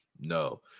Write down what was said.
No